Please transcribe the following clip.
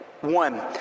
One